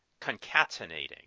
concatenating